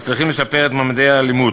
מצליחות לשפר את ממדי האלימות,